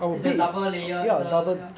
is a double layer is a ya